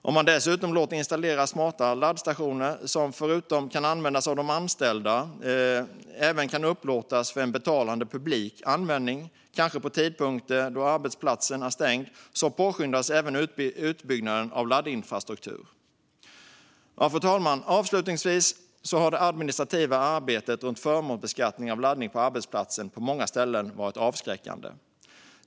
Om man dessutom låter installera smarta laddstationer som förutom att användas av anställda kan upplåtas för publikt användande mot betalning - kanske på tidpunkter då arbetsplatsen är stängd - påskyndas även utbyggnaden av laddinfrastruktur. Fru talman! Avslutningsvis: Det administrativa arbetet runt förmånsbeskattning av laddning på arbetsplatsen har på många ställen varit avskräckande.